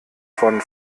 von